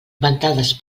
ventades